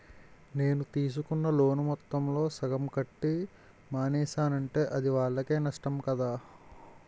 నేను తీసుకున్న లోను మొత్తంలో సగం కట్టి మానేసానంటే అది వాళ్ళకే నష్టం కదా